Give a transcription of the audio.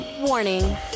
Warning